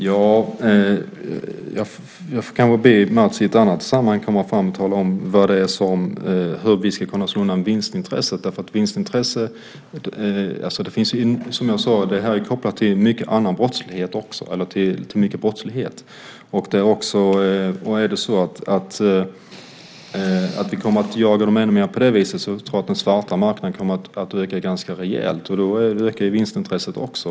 Fru talman! Jag får i ett annat sammanhang be Mats Einarsson att tala om hur vi ska kunna slå undan vinstintresset. Som jag sade är ju detta något som är kopplat till brottslighet, och om vi kommer att jaga dem ännu mer tror jag att den svarta marknaden kommer att öka rejält. Då ökar vinstintresset också.